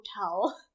hotel